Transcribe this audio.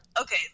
Okay